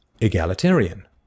egalitarian